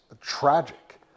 tragic